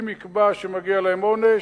ואם יקבע שמגיע להם עונש,